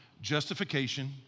justification